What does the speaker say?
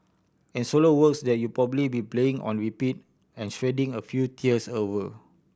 and solo works that you'll probably be playing on repeat and shedding a few tears over